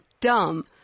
dumb